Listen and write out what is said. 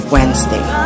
Wednesday